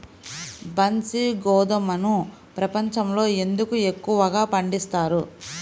బన్సీ గోధుమను ప్రపంచంలో ఎందుకు ఎక్కువగా పండిస్తారు?